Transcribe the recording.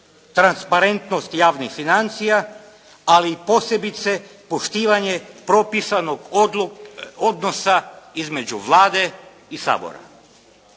transparentnost javnih financija ali posebice poštivanje propisanog odnosa između Vlade i Sabora.